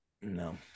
No